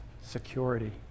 security